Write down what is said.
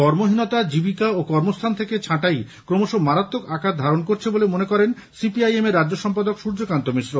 কর্মহীনতা জীবিকা ও কর্মস্থান থেকে ছাঁটাই ক্রমশ মারাত্মক আকার ধারণ করছে বলে মনে করেন সিপিআইএমের রাজ্য সম্পাদক সূর্যকান্ত মিশ্র